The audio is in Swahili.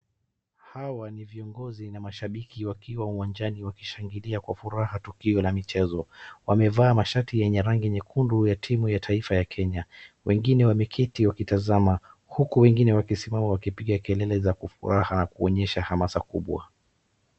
Hawa ni viongozi na mashabiki wakiwa uwanjani wakishangilia kwa furaha tukio la michezo, wamevaa mashati yenye rangi nyekundu ya timu ya taifa ya Kenya, wengine wameketi wakitazama, huku wengine wakisimama wakipiga kele za furaha kuonyesha hamasa kubwa.